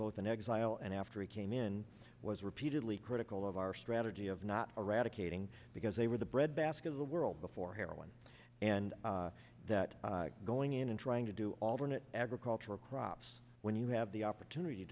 both in exile and after he came in was repeatedly critical of our strategy of not eradicating because they were the bread basket of the world before heroin and that going in and trying to do all the agricultural crops when you have the opportunity